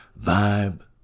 Vibe